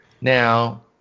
Now